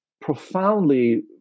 profoundly